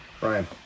Ryan